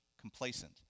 complacent